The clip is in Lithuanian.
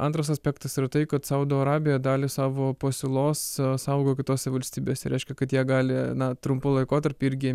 antras aspektas yra tai kad saudo arabija dalį savo pasiūlos saugo kitos valstybėse reiškia kad jie gali na trumpą laikotarpį irgi